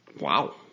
Wow